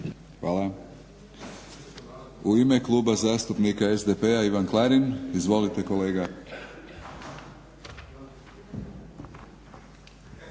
Hvala. U ime Kluba zastupnika SDP-a Ivan Klarin, izvolite kolega.